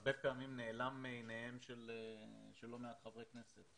שהרבה פעמים נעלם מעיניהם של לא מעט חברי כנסת.